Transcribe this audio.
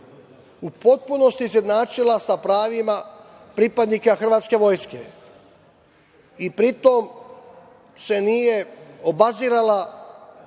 u potpunosti izjednačila sa pravima pripadnika hrvatske vojske i pri tome se nije obazirala